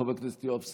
חבר כנסת יואב סגלוביץ'